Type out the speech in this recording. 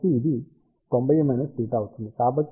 కాబట్టి ఇది 90 θ అవుతుంది